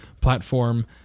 platform